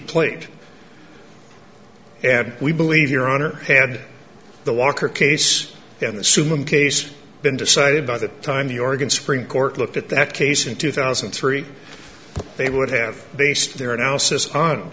plate ad we believe your honor had the walker case in the suman case been decided by the time the organ supreme court looked at that case in two thousand and three they would have based their analysis on